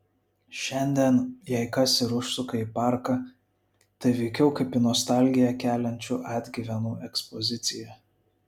šiandien jei kas ir užsuka į parką tai veikiau kaip į nostalgiją keliančių atgyvenų ekspoziciją